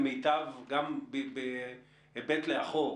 גם בהיבט לאחור,